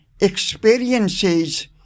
experiences